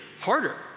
harder